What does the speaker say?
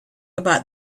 about